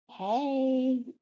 Hey